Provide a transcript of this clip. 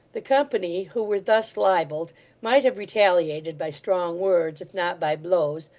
the company who were thus libelled might have retaliated by strong words, if not by blows,